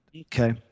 Okay